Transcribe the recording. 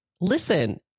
Listen